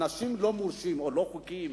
אנשים לא מורשים או לא חוקיים,